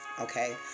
okay